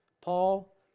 Paul